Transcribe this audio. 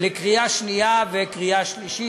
בקריאה שנייה ובקריאה שלישית.